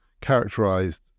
characterized